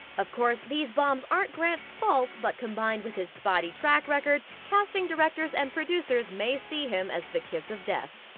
of course these bombs aren't grant's fault, but combined with his spotty track record, casting directors and producers may see him as the kiss of death.